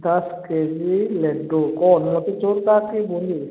दस के जी लड्डू कौन मोतीचूर का कि बूंदी